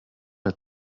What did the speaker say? bei